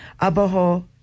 Abajo